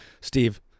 Steve